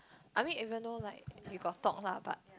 I mean even though like we got talk lah but